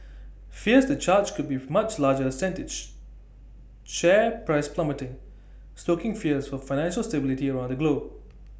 fears the charge could beef much larger sent each share price plummeting stoking fears for financial stability around the globe